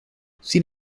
sin